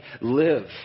live